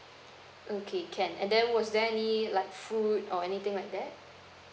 okay can and then was there any like food or anything like that